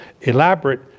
elaborate